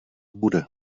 bude